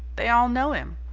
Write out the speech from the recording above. they all know him.